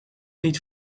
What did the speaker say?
niet